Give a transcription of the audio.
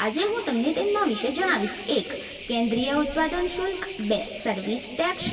આજે હું તમને તેમના વિશે જણાવીશ એક કેન્દ્રીય ઉત્પાદન શુલ્ક બે સર્વિસ ટેક્સ